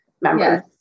members